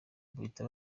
bahita